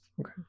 Okay